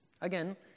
Again